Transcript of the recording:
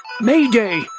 Mayday